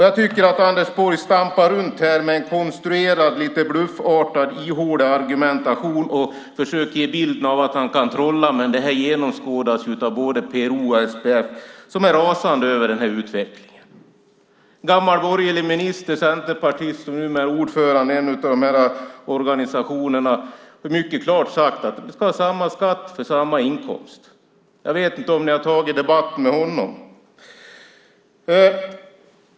Jag tycker att Anders Borg stampar runt med en konstruerad, lite bluffartad, ihålig argumentation och försöker ge bilden av att han kan trolla. Men det genomskådas av både PRO och SPF som är rasande över den här utvecklingen. En gammal borgerlig minister, centerpartist och numera ordförande i en av de organisationerna har mycket klart sagt att vi ska ha samma skatt för samma inkomst. Jag vet inte om ni har tagit debatt med honom.